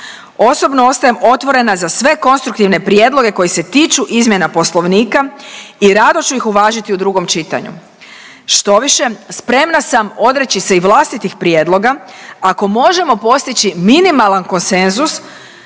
Osobno ostajem otvorena za sve konstruktivne prijedloge koji se tiču izmjena poslovnika i rado ću ih uvažiti u drugom čitanju. Štoviše, spremna sam odreći se i vlastitih prijedloga ako možemo postići minimalan konsenzus